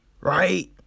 right